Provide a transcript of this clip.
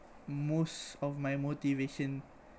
most of my motivation